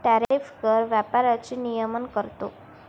tariff कर व्यापाराचे नियमन करतो